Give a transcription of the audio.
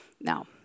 Now